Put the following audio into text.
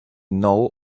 know